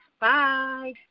Bye